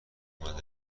اومدن